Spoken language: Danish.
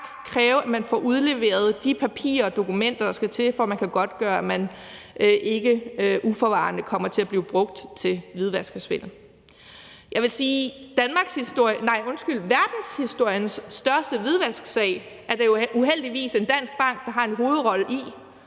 kræve, at man får udleveret de papirer og dokumenter, der skal til, for at man kan godtgøre, at man ikke uforvarende kommer til at blive brugt til hvidvask og svindel. Kl. 17:23 Jeg vil sige, at verdenshistoriens største hvidvasksag er det jo uheldigvis en dansk bank der har en hovedrolle i,